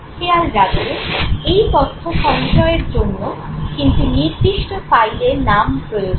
খেয়াল রাখবেন এই তথ্য সঞ্চয়ের জন্য কিন্তু নির্দিষ্ট ফাইলের নাম প্রয়োজন